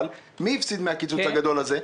אבל מי הפסיד מהקיצוץ הגדול הזה?